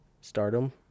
stardom